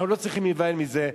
אנחנו לא צריכים להיבהל מזה.